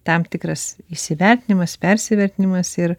tam tikras įsivertinimas persivertinimas ir